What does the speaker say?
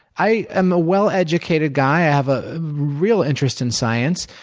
i am a well educated guy. i have a real interest in science.